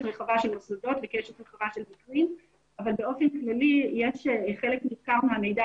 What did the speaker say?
רחבה של מוסדות וקשת רחבה של גופים אבל באופן כללי חלק ניכר מהמידע